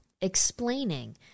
explaining